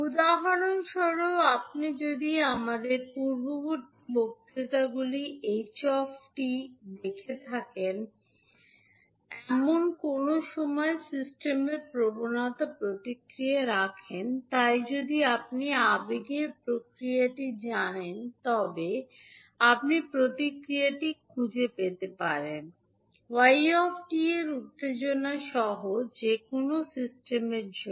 উদাহরণস্বরূপ আপনি যদি আমাদের পূর্ববর্তী বক্তৃতাগুলিতে h 𝑡 হয় এমন কোনও নির্দিষ্ট সিস্টেমের প্রবণতা প্রতিক্রিয়া রাখেন তাই যদি আপনি আবেগের প্রতিক্রিয়াটি জানেন তবে আপনি প্রতিক্রিয়াটি খুঁজে পেতে পারেন y𝑡 এর উত্তেজনা সহ যে কোনও সিস্টেমের জন্য